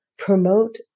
Promote